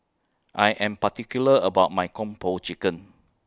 I Am particular about My Kung Po Chicken